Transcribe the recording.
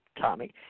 Tommy